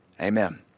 Amen